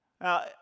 Now